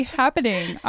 happening